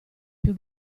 più